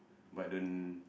but don't